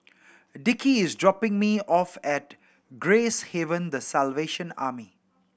Dickie is dropping me off at Gracehaven The Salvation Army